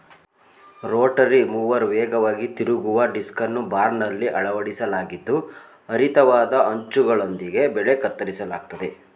Rotary mower ವೇಗವಾಗಿ ತಿರುಗುವ ಡಿಸ್ಕನ್ನು ಬಾರ್ನಲ್ಲಿ ಅಳವಡಿಸಲಾಗಿದ್ದು ಹರಿತವಾದ ಅಂಚುಗಳೊಂದಿಗೆ ಬೆಳೆ ಕತ್ತರಿಸಲಾಗ್ತದೆ